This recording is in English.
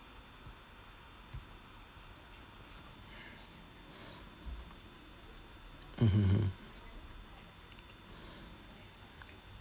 mmhmm mm